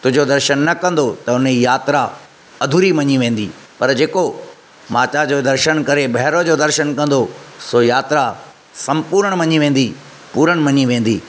तुंहिंजो दर्शन न कंदो त उन जी यात्रा अधूरी मञी वेंदी पर जेको माता जो दर्शन करे भैरो जो दर्शन कंदो सो यात्रा सम्पूर्ण मञी वेंदी पूर्ण मञी वेंदी